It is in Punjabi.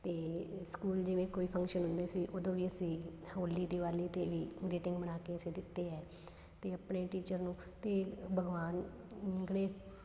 ਅਤੇ ਸਕੂਲ ਜਿਵੇਂ ਕੋਈ ਫੰਕਸ਼ਨ ਹੁੰਦੇ ਸੀ ਉਦੋਂ ਵੀ ਅਸੀਂ ਹੋਲੀ ਦਿਵਾਲੀ 'ਤੇ ਵੀ ਗਰੀਟਿੰਗ ਬਣਾ ਕੇ ਅਸੀਂ ਦਿੱਤੇ ਹੈ ਅਤੇ ਆਪਣੇ ਟੀਚਰ ਨੂੰ ਅਤੇ ਭਗਵਾਨ ਗਣੇਸ਼